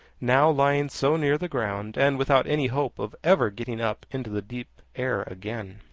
now lying so near the ground, and without any hope of ever getting up into the deep air again.